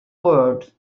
world